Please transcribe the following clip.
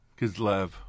Kislev